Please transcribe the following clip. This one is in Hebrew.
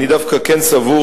אני דווקא כן סבור,